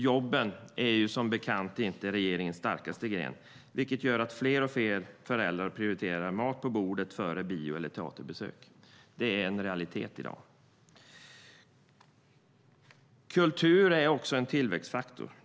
Jobben är som bekant inte regeringens starkaste gren, vilket gör att fler och fler föräldrar prioriterar mat på bordet före bio eller teaterbesök. Det är en realitet i dag. Kultur är en tillväxtfaktor.